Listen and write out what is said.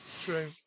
true